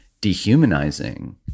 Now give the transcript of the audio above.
dehumanizing